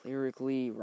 Lyrically